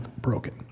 broken